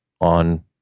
on